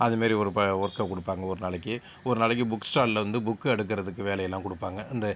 அது மாதிரி ஒரு ப ஒர்க்கை கொடுப்பாங்க ஒரு நாளைக்கு ஒரு நாளைக்கு புக் ஸ்டால்ல வந்து புக் அடுக்கிறதுக்கு வேலையெல்லாம் கொடுப்பாங்க இந்த